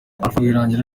rwirangira